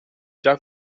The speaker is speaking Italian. già